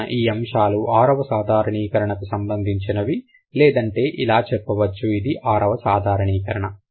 కావున ఈ అంశాలు ఆరవ సాధారణీకరణ కు సంబంధించినవి లేదంటే ఇలా చెప్పవచ్చు ఇది ఆరవ సాధారణీకరణ